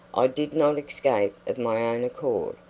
i did not escape of my own accord.